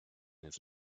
his